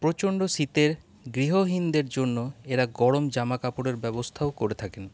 প্রচন্ড শীতে গৃহহীনদের জন্য এরা গরম জামাকাপড়ের ব্যবস্থাও করে থাকেন